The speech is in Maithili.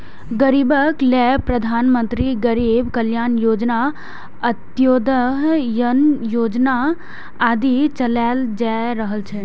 गरीबक लेल प्रधानमंत्री गरीब कल्याण योजना, अंत्योदय अन्न योजना आदि चलाएल जा रहल छै